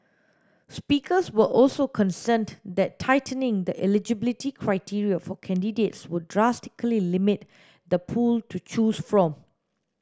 speakers were also concerned that tightening the eligibility criteria for candidates would drastically limit the pool to choose from